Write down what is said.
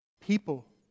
people